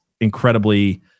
incredibly